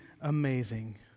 amazing